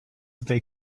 they